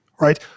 right